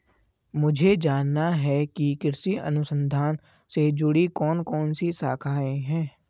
मुझे जानना है कि कृषि अनुसंधान से जुड़ी कौन कौन सी शाखाएं हैं?